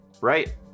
right